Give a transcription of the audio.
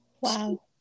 Wow